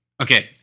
Okay